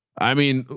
i mean,